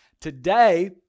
today